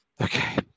Okay